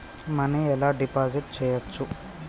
Money ఎలా deposit చేయచ్చు?